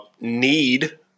need